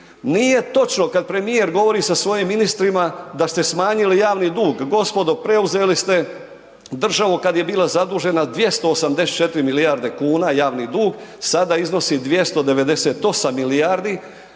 Nije točno kad premijer govori sa svojim ministrima da ste smanjili javni dug, gospodo, preuzeli ste državu kad je bila zadužena 284 milijarde kuna, javni dug, sada iznosi 298 milijardi